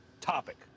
topic